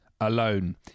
alone